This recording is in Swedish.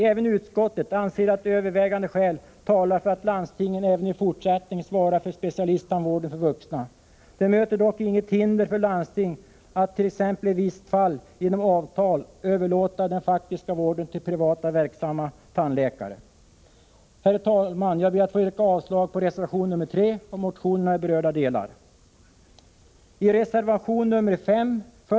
Även utskottet anser att övervägande skäl talar för att landstingen även i fortsättningen svarar för specialisttandvården för vuxna. Det möter dock inget hinder för landsting att t.ex. i ett visst fall genom avtal överlåta den faktiska vården till en privat verksam tandläkare. Herr talman!